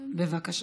בבקשה.